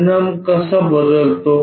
परिणाम कसा बदलतो